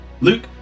Luke